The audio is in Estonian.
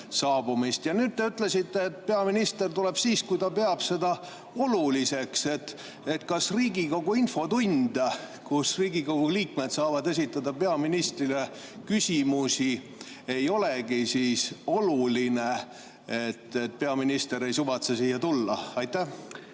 Nüüd te ütlesite, et peaminister tuleb siis, kui ta peab seda oluliseks. Kas Riigikogu infotund, kus Riigikogu liikmed saavad esitada peaministrile küsimusi, ei olegi siis oluline, et peaminister ei suvatse siia tulla? Jah,